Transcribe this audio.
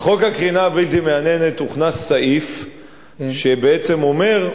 בחוק הקרינה הבלתי-מייננת הוכנס סעיף שבעצם אומר,